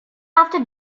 after